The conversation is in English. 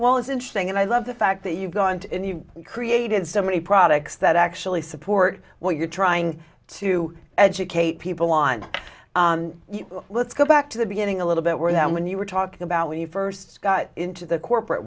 well it's interesting and i love the fact that you go on to created so many products that actually support what you're trying to educate people on let's go back to the beginning a little bit where then when you were talking about when you first got into the corporate